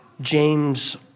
James